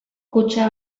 kutxa